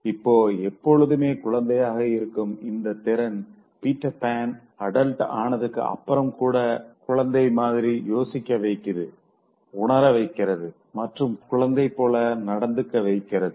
இப்போ எப்பொழுதும் குழந்தையாக இருக்கும் இந்தத் திறன் பீட்டர் பான் அடல்ட் ஆனதுக்கு அப்புறம் கூட குழந்தை மாதிரி யோசிக்க வைக்குது உணரவைக்கிது மற்றும் குழந்தை போல நடந்துக்க வைக்கிது